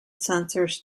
sensors